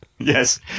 Yes